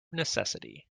necessity